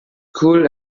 cruel